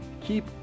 keep